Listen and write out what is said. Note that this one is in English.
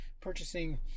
purchasing